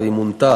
והיא מונתה